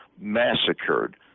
massacred